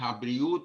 הבריאות